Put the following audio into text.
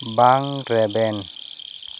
ᱵᱟᱝ ᱨᱮᱵᱮᱱ